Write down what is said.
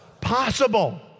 Possible